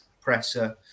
presser